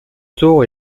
tour